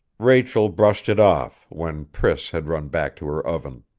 rachel brushed it off, when priss had run back to her oven.